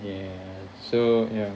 ya so ya